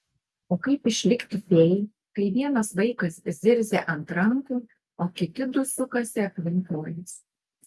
o kaip išlikti fėja kai vienas vaikas zirzia ant rankų o kiti du sukasi aplink kojas